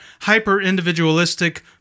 hyper-individualistic